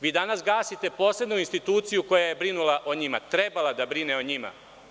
Vi danas gasite posebnu instituciju koja je trebala da brine o njima.